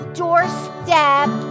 doorstep